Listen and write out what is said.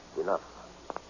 enough